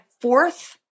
fourth